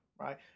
right